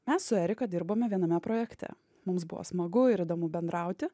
mes su erika dirbome viename projekte mums buvo smagu ir įdomu bendrauti